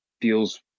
feels